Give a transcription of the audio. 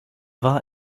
war